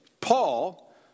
Paul